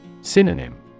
Synonym